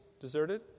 deserted